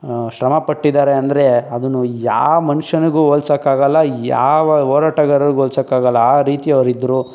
ಶ್ರಮ ಪಟ್ಟಿದ್ದಾರೆ ಅಂದರೆ ಅದನ್ನು ಯಾವ ಮನುಷ್ಯನಿಗೂ ಹೋಲಿಸೋಕ್ಕೆ ಆಗಲ್ಲ ಯಾವ ಹೋರಾಟಗಾರರಿಗೂ ಹೋಲಿಸೋಕ್ಕೆ ಆಗಲ್ಲ ಆ ರೀತಿ ಅವರು ಇದ್ದರು